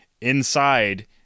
inside